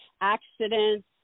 accidents